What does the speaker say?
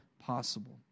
Possible